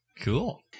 Cool